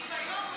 כי אם היום אושרה,